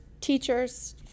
teachers